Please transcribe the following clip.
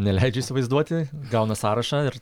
neleidžiu įsivaizduoti gauna sąrašą ir